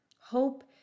Hope